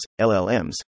LLMs